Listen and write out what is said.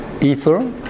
ether